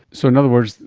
so in other words,